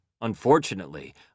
Unfortunately